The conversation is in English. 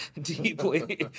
deeply